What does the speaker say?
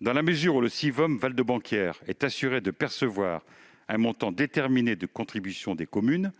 Dans la mesure où le Sivom Val de Banquière est assuré de percevoir un montant déterminé de contribution des communes,